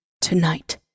tonight